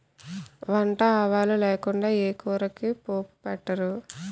వంట ఆవాలు లేకుండా ఏ కూరకి పోపు పెట్టరు